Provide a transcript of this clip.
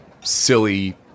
silly